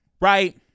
right